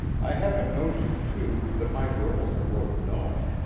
i have a notion, too, that my girls are worth knowing.